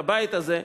לבית הזה,